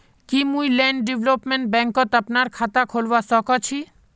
की मुई land development बैंकत अपनार खाता खोलवा स ख छी?